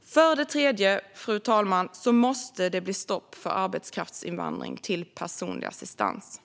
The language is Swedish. För det tredje, fru talman, måste det bli stopp för arbetskraftsinvandring till personlig assistans.